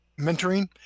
mentoring